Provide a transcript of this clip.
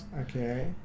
okay